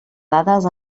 dades